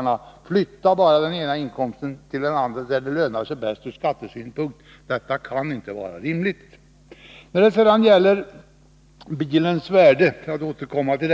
De skall kunna flytta inkomsterna efter hur det lönar sig bäst ur skattesynpunkt. Detta kan inte vara rimligt. Jag vill sedan återkomma till frågan om bilens värde och